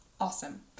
Awesome